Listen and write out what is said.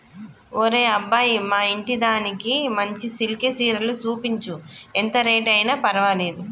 ఒరే అబ్బాయి మా ఇంటిదానికి మంచి సిల్కె సీరలు సూపించు, ఎంత రేట్ అయిన పర్వాలేదు